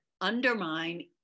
undermine